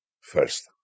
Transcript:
first